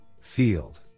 field